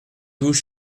douze